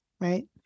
right